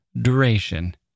duration